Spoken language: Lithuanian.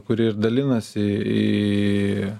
kuri ir dalinasi į